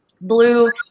blue